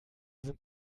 sind